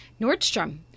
nordstrom